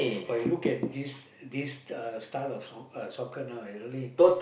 but you look at this this uh style of uh soc~ soccer now is really